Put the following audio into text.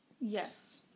yes